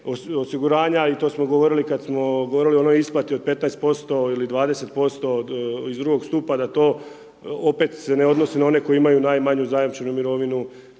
osiguranja, to smo govorili kad smo govorili o onoj isplati od 15% ili 20% iz drugog stupa, da to opet ne odnosi se na one koji imaju najmanju zajamčenu mirovinu,